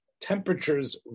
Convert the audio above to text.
temperatures